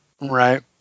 Right